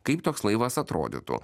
kaip toks laivas atrodytų